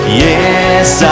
yes